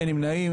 אין נמנעים.